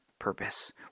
purpose